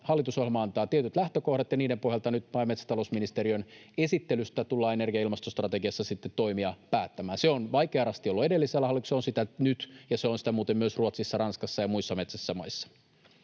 Hallitusohjelma antaa tietyt lähtökohdat, ja niiden pohjalta nyt maa- ja metsätalousministeriön esittelystä tullaan energia- ja ilmastostrategiassa sitten toimia päättämään. Se on vaikea rasti ollut edellisellä hallituksella, se on sitä nyt, ja se on sitä muuten myös Ruotsissa, Ranskassa ja muissa metsäisissä maissa.